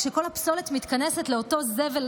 כשכל הפסולת מתכנסת לאותו זבל,